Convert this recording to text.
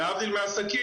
אבל להבדיל מעסקים,